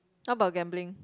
how about gambling